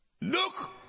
Look